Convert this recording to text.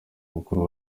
mukuru